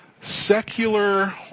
secular